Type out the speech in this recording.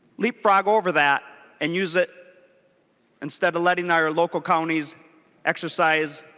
leapfrog over that and use it instead of letting our local counties exercise